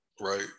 right